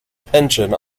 pension